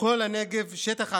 מכל הנגב, שטח עצום,